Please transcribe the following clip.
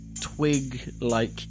twig-like